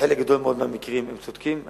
בחלק גדול מאוד מהמקרים הם צודקים,